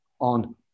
on